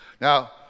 Now